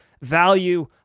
value